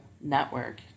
network